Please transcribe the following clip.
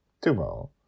Tomorrow